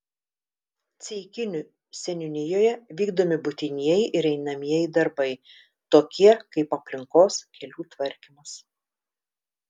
ceikinių seniūnijoje vykdomi būtinieji ir einamieji darbai tokie kaip aplinkos kelių tvarkymas